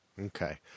Okay